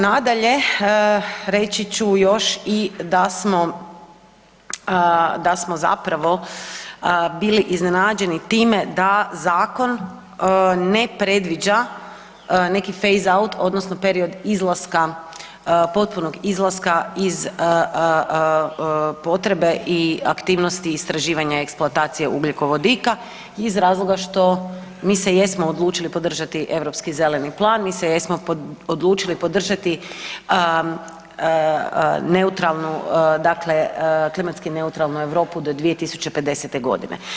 Nadalje, reći ću još i da smo zapravo bili iznenađeni time da zakon ne predviđa neki phaseout odnosno period izlaska, potpuno izlaska iz potrebe i aktivnosti istraživanja i eksploatacije ugljikovodika iz razloga što mi se jesmo odlučili podržati Europski zeleni plan, mi se jesmo odlučili podržati neutralnu dakle klimatski neutralnu Europu do 2050. godine.